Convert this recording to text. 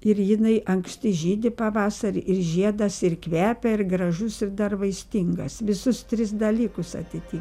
ir jinai anksti žydi pavasarį ir žiedas ir kvepia ir gražus ir dar vaistingas visus tris dalykus atitiko